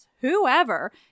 whoever